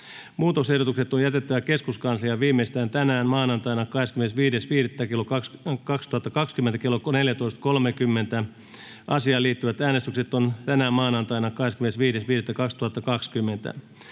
Muutosehdotukset on jätettävä keskuskansliaan viimeistään tänään maanantaina 25.5.2020 kello 14.30. Asiaan liittyvät äänestykset ovat tänään maanantaina 25.5.2020.